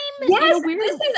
Yes